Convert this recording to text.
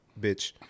bitch